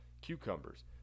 cucumbers